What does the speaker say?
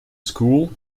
school